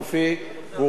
והוא רוצה את שלו,